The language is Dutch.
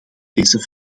deze